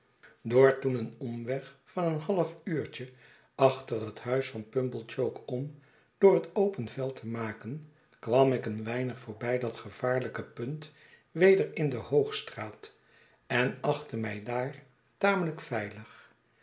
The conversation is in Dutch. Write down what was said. toen een omweg van een half uurtje achter het huis van pumblechook om door het open veld te maken kwam ik een weinig voorbij dat gevaarltjke punt weder in de ii o o g s t r a a t en achtte mij daar tamelijk veilig